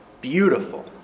beautiful